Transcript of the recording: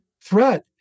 threat